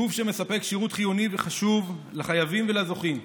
גוף שמספק שירות חיוני וחשוב לחייבים ולזוכים.